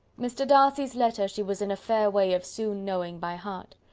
mr. darcy's letter she was in a fair way of soon knowing by heart.